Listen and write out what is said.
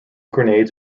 grenades